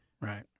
Right